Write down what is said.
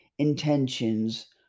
intentions